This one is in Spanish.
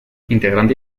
integrante